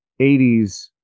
80s